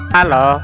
Hello